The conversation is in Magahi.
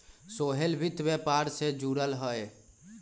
सोहेल वित्त व्यापार से जुरल हए